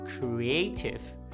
creative